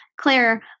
Claire